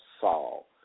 Saul